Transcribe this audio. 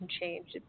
change